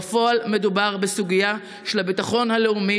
בפועל מדובר בסוגיה של הביטחון הלאומי